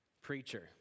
preacher